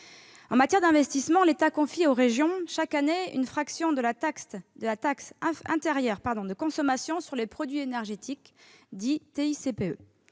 En matière d'investissement, l'État confie chaque année aux régions une fraction de la taxe intérieure de consommation sur les produits énergétiques, la TICPE.